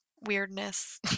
weirdness